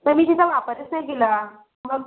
पण मी तिचा वापरच नाही केला मग